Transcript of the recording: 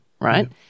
right